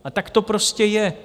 A tak to prostě je.